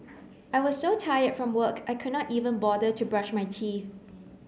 I was so tired from work I could not even bother to brush my teeth